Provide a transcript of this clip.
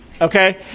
okay